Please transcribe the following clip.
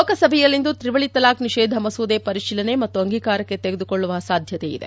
ಲೋಕಸಭೆಯಲ್ಲಿಂದು ತ್ರಿವಳಿ ತಲಾಖ್ ನಿಷೇಧ ಮಸೂದೆ ಪರಿಶೀಲನೆ ಮತ್ತು ಅಂಗೀಕಾರಕ್ಷೆ ತೆಗೆದುಕೊಳ್ಳುವ ಸಾಧ್ಯತೆ ಇದೆ